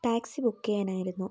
taxi book ചെയ്യാനായിരുന്നു